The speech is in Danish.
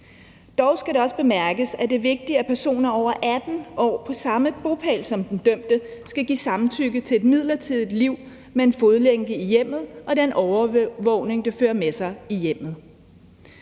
Dog skal det også bemærkes, at det er vigtigt, at personer over 18 år på samme bopæl som den dømte skal give samtykke til et midlertidigt liv med en fodlænke i hjemmet og den overvågning, som det fører med sig i hjemmet.